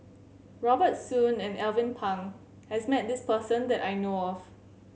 Robert Soon and Alvin Pang has met this person that I know of